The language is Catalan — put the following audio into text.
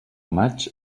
maig